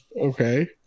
okay